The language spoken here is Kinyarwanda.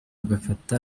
ugafata